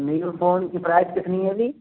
नए फोन की प्राइस कितनी होगी